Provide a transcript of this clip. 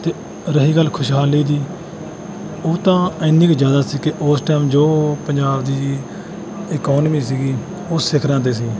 ਅਤੇ ਰਹੀ ਗੱਲ ਖੁਸ਼ਹਾਲੀ ਦੀ ਉਹ ਤਾਂ ਇੰਨੀ ਕੁ ਜ਼ਿਆਦਾ ਸੀ ਕਿ ਉਸ ਟਾਈਮ ਜੋ ਪੰਜਾਬ ਦੀ ਜੀ ਇਕੋਨਮੀ ਸੀਗੀ ਉਹ ਸਿਖਰਾਂ 'ਤੇ ਸੀ